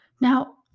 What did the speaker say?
Now